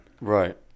Right